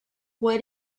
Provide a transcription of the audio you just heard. what